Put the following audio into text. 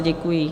Děkuji.